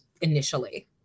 initially